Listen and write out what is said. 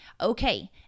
Okay